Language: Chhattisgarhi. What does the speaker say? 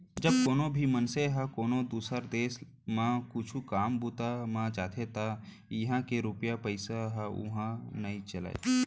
जब कोनो भी मनसे ह कोनो दुसर देस म कुछु काम बूता म जाथे त इहां के रूपिया पइसा ह उहां नइ चलय